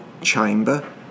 chamber